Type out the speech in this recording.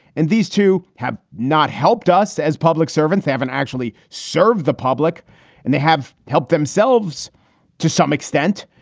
and these two have not helped us as public servants haven't actually served the public and they have helped themselves to some extent.